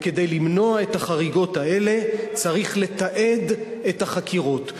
וכדי למנוע את החריגות האלה צריך לתעד את החקירות,